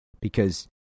because-